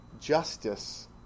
justice